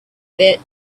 bit